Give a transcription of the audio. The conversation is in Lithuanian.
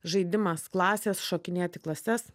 žaidimas klasės šokinėti klases